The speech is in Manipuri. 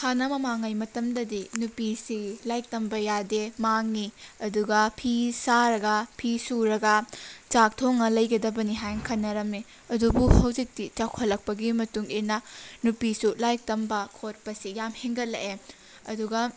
ꯍꯥꯟꯅ ꯃꯃꯥꯡꯉꯩ ꯃꯇꯝꯗꯗꯤ ꯅꯨꯄꯤꯁꯤ ꯂꯥꯏꯔꯤꯛ ꯇꯝꯕ ꯌꯥꯗꯦ ꯃꯥꯡꯏ ꯑꯗꯨꯒ ꯐꯤ ꯁꯥꯔꯒ ꯐꯤ ꯁꯨꯔꯒ ꯆꯥꯛ ꯊꯣꯡꯂꯒ ꯂꯩꯒꯗꯕꯅꯤ ꯍꯥꯏꯅ ꯈꯟꯅꯔꯝꯏ ꯑꯗꯨꯕꯨ ꯍꯧꯖꯤꯛꯇꯤ ꯆꯥꯎꯈꯠꯂꯛꯄꯒꯤ ꯃꯇꯨꯡ ꯏꯟꯅ ꯅꯨꯄꯤꯁꯨ ꯂꯥꯏꯔꯤꯛ ꯇꯝꯕ ꯈꯣꯠꯄꯁꯤ ꯌꯥꯝ ꯍꯦꯟꯒꯠꯂꯛꯑꯦ ꯑꯗꯨꯒ